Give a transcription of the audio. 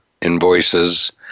invoices